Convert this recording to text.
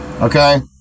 okay